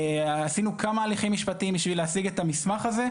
עשינו כמה הליכים משפטיים בשביל להשיג את המסמך הזה.